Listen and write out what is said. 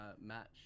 match